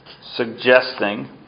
suggesting